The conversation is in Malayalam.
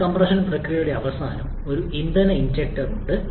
ഈ കംപ്രഷൻ പ്രക്രിയയുടെ അവസാനം ഒരു ഇന്ധന ഇൻജെക്ടർ ഉണ്ട്